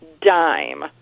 Dime